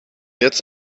jetzt